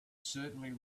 certainly